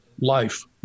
life